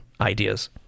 ideas